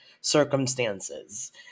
circumstances